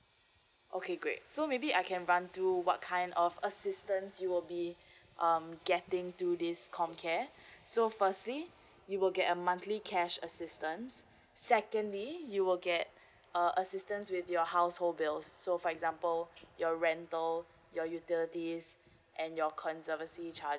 okay great so maybe I can run through what kind of assistance you will be um getting through this comcare so firstly you will get a monthly cash assistance secondly you will get uh assistance with your household bills so for example your rental your utilities and your conservancy charges